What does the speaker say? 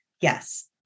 Yes